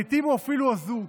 ולעיתים הוא אפילו אזוק,